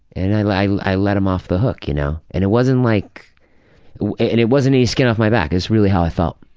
and i like i let him off the hook, you know? and it wasn't like it and it wasn't any skin off my back is really how i felt.